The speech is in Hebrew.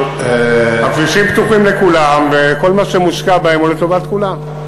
הכבישים פתוחים לכולם וכל מה שמושקע בהם הוא לטובת כולם.